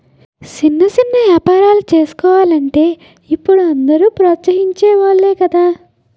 సిన్న సిన్న ఏపారాలు సేసుకోలంటే ఇప్పుడు అందరూ ప్రోత్సహించె వోలే గదా